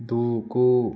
దూకు